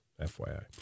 FYI